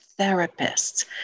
therapists